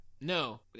No